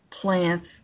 plants